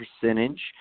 percentage